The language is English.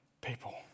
people